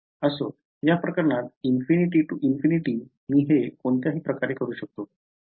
असो या प्रकरणात infinity to infinity मी हे कोणत्याही प्रकारे करू शकतो